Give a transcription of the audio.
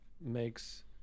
makes